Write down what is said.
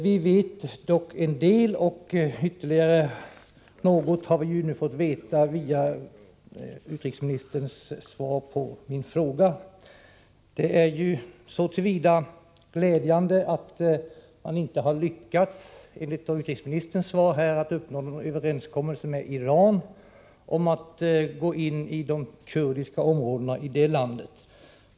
Vi vet dock en del, och ytterligare något har vi nu fått veta genom utrikesministerns svar på min fråga. Det är glädjande att Turkiet inte har lyckats, enligt utrikesministerns svar, att uppnå någon överenskommelse med Iran om att gå in i de kurdiska områdena i detta land.